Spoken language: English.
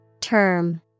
Term